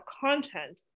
content